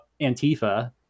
Antifa